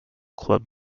club